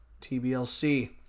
TBLC